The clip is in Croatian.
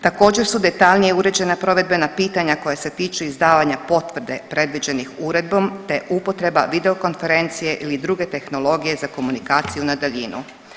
Također su detaljnije uređena provedbena pitanja koja se tiču izdavanja potvrde predviđenih uredbom, te upotreba videokonferencije ili druge tehnologije za komunikaciju na daljinu.